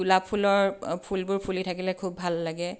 গোলাপ ফুলৰ ফুলবোৰ ফুলি থাকিলে খুব ভাল লাগে